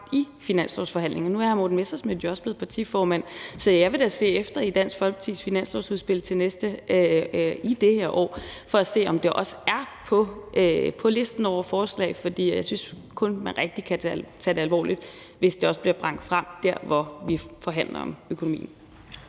i finanslovsforhandlingerne. Nu er hr. Morten Messerschmidt jo også blevet partiformand, så jeg vil da se efter i Dansk Folkepartis finanslovsudspil i det her år, for at se, om det også er på listen over forslag. For jeg synes kun, man kan tage det rigtig alvorligt, hvis det også bliver bragt frem der, hvor vi forhandler om økonomien.